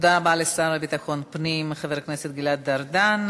תודה רבה לשר לביטחון פנים חבר הכנסת גלעד ארדן.